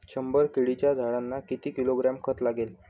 शंभर केळीच्या झाडांना किती किलोग्रॅम खत लागेल?